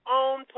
own